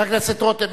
חבר הכנסת רותם,